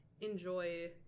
enjoy